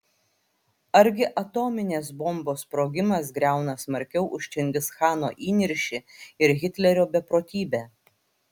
argi atominės bombos sprogimas griauna smarkiau už čingischano įniršį ir hitlerio beprotybę